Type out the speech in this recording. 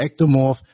ectomorph